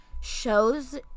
shows